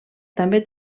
també